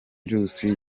virusi